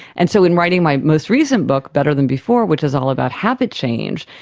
and so in writing my most recent book, better than before, which is all about habit change,